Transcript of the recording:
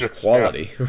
quality